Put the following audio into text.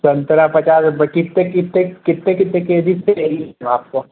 सन्तरा पचास कितने कितने कितने कितने के जी चाहिए मैम आपको